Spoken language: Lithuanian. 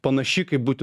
panaši kaip būti